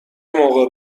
موقع